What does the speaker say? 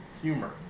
humor